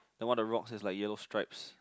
then one of the rocks is like yellow strips